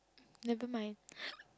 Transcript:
never mind